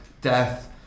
Death